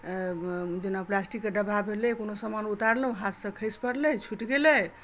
जेना प्लास्टिकके डब्बा भेलै कोनो समान उतारलहुँ हाथसँ खसि पड़लै छूटि गेलै